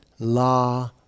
La